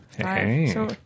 Okay